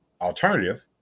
alternative